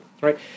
right